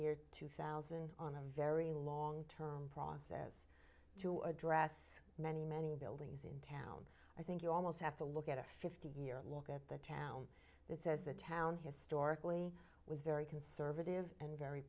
year two thousand on a very long term process to address many many buildings in town i think you almost have to look at a fifty year look at the town that says the town historically was very conservative and very